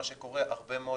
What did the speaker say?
מה שקורה הרבה מאוד,